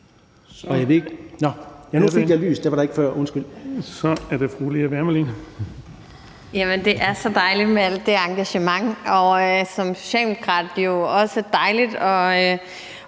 det er så dejligt med alt det engagement, og som socialdemokrat er det jo også dejligt at